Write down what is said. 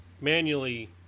manually